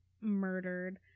murdered